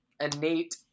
innate